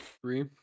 three